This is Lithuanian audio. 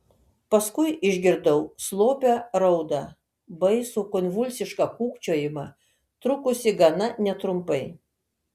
paskui išgirdau slopią raudą baisų konvulsišką kūkčiojimą trukusį gana netrumpai